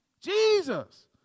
Jesus